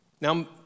Now